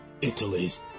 Italy's